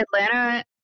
Atlanta